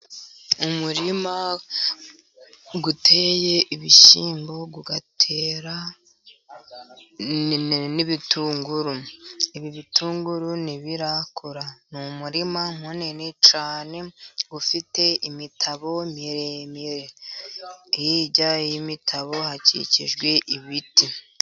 Umurima uteye ibishyimbo ugatera n'ibitunguru, ibi bitunguru ntibirakura, ni umurima munini cyane ufite imitabo miremire, hirya y'imitabo hakikijwe ibiti.